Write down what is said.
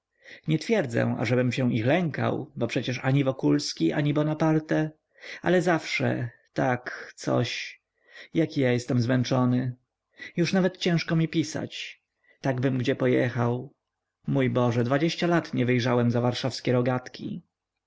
nie twierdzę ażebym się ich lękał bo przecie ani wokulski ani bonaparte ale zawsze tak coś jaki ja jestem zmęczony już nawet ciężko mi pisać takbym gdzie pojechał mój boże dwadzieścia lat nie wyjrzałem za warszawskie rogatki